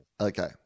Okay